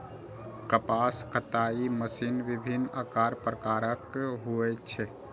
कपास कताइ मशीन विभिन्न आकार प्रकारक होइ छै